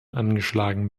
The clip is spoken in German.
angeschlagen